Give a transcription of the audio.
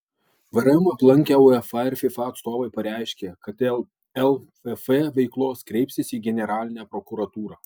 vrm aplankę uefa ir fifa atstovai pareiškė kad dėl lff veiklos kreipsis į generalinę prokuratūrą